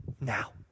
Now